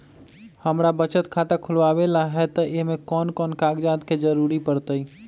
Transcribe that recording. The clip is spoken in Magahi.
हमरा बचत खाता खुलावेला है त ए में कौन कौन कागजात के जरूरी परतई?